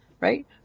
Right